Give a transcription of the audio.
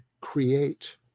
create